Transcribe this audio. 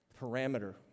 parameter